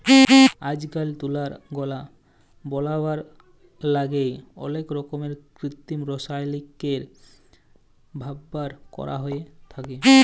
আইজকাইল তুলার গলা বলাবার ল্যাইগে অলেক রকমের কিত্তিম রাসায়লিকের ব্যাভার ক্যরা হ্যঁয়ে থ্যাকে